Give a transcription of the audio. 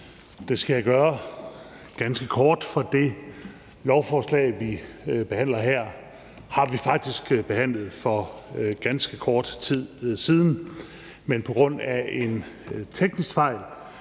Jeg skal gøre det ganske kort, for det lovforslag, vi behandler her, har vi faktisk behandlet for ganske kort tid siden, men på grund af en teknisk fejl